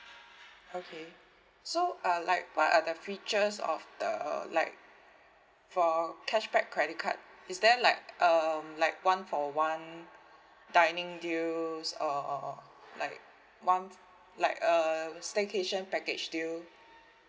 okay so uh like what are the features of the like for cashback credit card is there like um like one for one dining deals or or or like one like uh staycation package deal